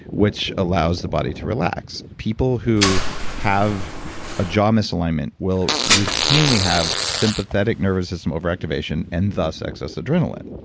which allows the body to relax. people who have a jaw misalignment will routinely have sympathetic nervous system over activation, and thus excess adrenaline.